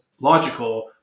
logical